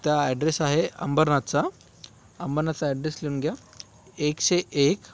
त्या ॲड्रेस आहे अंबरनाथचा अंबरनाथचा ॲड्रेस लिहून घ्या एकशे एक